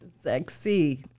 Sexy